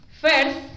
First